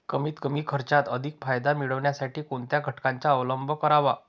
कमीत कमी खर्चात अधिक फायदा मिळविण्यासाठी कोणत्या घटकांचा अवलंब करावा?